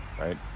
Right